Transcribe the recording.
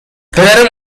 پدر